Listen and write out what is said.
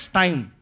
time